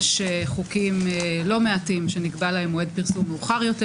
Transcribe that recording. יש חוקים לא מעטים שנקבע להם מועד פרסום מאוחר יותר,